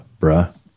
bruh